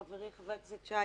חברי חבר הכנסת שי